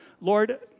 Lord